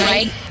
Right